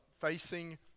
facing